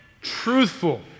truthful